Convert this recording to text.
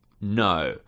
no